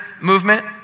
movement